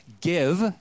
Give